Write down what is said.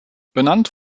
benannt